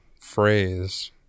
phrase